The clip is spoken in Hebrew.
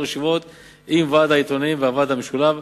התקיימו כמה ישיבות עם ועד העיתונאים והוועד המשולב,